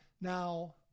now